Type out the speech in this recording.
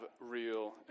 real